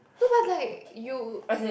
no but like you